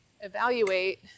evaluate